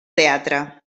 teatre